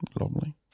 Lovely